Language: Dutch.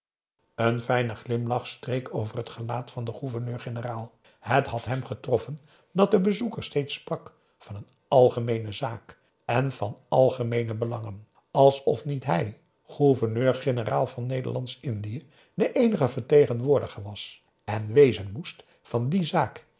een fijne glimlach streek over het gelaat van den gouverneur-generaal het had hem getroffen dat de bezoeker steeds sprak van een algemeene zaak en van algemeene belangen alsof niet hij gouverneur-generaal van nederlandsch indië de eenige vertegenwoordiger was en wezen moest van die zaak